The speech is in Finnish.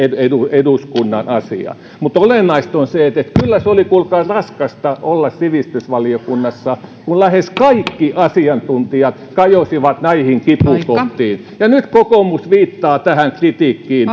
eduskunnan asia mutta olennaista on se että kyllä oli kuulkaa raskasta olla sivistysvaliokunnassa kun lähes kaikki asiantuntijat kajosivat näihin kipukohtiin ja nyt kokoomus viittaa tähän kritiikkiin